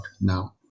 now